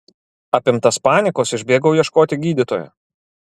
apimtas panikos išbėgau ieškoti gydytojo